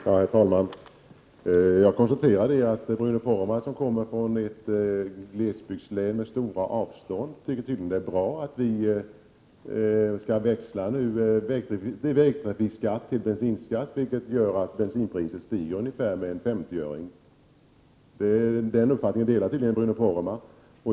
Herr talman! Jag konstaterar att Bruno Poromaa, som kommer från ett glesbygdslän med stora avstånd, tydligen tycker det är bra att vi nu skall växla vägtrafikskatt till bensinskatt, vilket gör att bensinpriset stiger med ungefär en 50-öring. Den uppfattningen delar tydligen Bruno Poromaa.